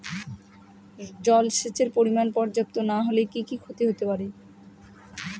জলসেচের পরিমাণ পর্যাপ্ত না হলে কি কি ক্ষতি হতে পারে?